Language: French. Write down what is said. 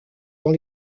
dans